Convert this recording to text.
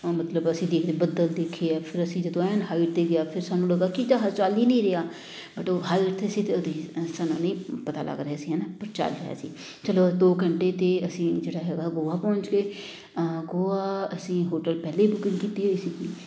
ਅ ਮਤਲਬ ਅਸੀਂ ਦੇਖਦੇ ਬੱਦਲ ਦੇਖੇ ਹੈ ਫਿਰ ਅਸੀਂ ਜਦੋਂ ਅਸੀਂ ਐਨ ਹਾਈਟ 'ਤੇ ਗਿਆ ਫਿਰ ਸਾਨੂੰ ਲੱਗਾ ਕਿ ਇਹ ਤਾਂ ਹੱਲ ਚੱਲ ਹੀ ਨਹੀਂ ਰਿਹਾ ਬਟ ਉਹ ਚੱਲ ਇੱਥੇ ਸੀ ਅਤੇ ਉਹ ਸਾਨੂੰ ਨਹੀਂ ਪਤਾ ਲੱਗ ਰਿਹਾ ਸੀ ਹੈ ਨਾ ਕਿ ਚੱਲ ਰਿਹਾ ਸੀ ਚਲੋ ਦੋ ਘੰਟੇ ਅਤੇ ਅਸੀਂ ਜਿਹੜਾ ਹੈਗਾ ਗੋਆ ਪਹੁੰਚ ਗਏ ਗੋਆ ਅਸੀਂ ਹੋਟਲ ਪਹਿਲਾਂ ਹੀ ਬੁਕਿੰਗ ਕੀਤੀ ਹੋਈ ਸੀਗੀ